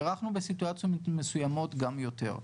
הארכנו בסיטואציות מסוימות גם יותר.